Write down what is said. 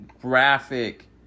graphic